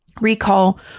recall